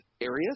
areas